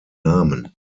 namen